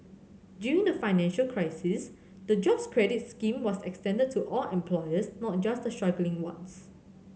during the financial crisis the Jobs Credit scheme was extended to all employers not just the struggling ones